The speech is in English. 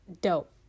dope